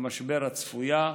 המשבר הצפויה,